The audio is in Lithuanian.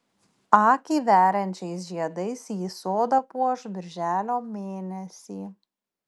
akį veriančiais žiedais ji sodą puoš birželio mėnesį